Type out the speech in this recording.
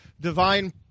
divine